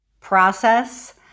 process